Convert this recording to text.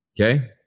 Okay